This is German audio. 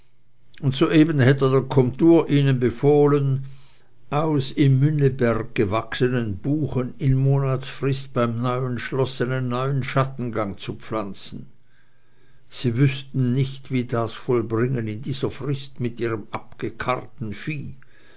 und soeben hätte der komtur ihnen befohlen aus im münneberg gewachsenen buchen in monatsfrist beim neuen schloß einen neuen schattengang zu pflanzen sie wüßten nicht wie das vollbringen in dieser frist mit ihrem abgekarrten vieh